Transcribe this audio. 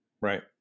Right